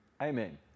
Amen